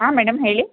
ಹಾಂ ಮೇಡಮ್ ಹೇಳಿ